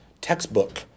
textbook